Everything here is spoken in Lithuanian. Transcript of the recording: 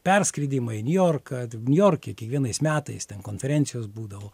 perskridimai į niujorką niujorke kiekvienais metais ten konferencijos būdavo